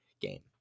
game